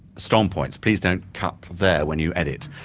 strong points please don't cut there when you edit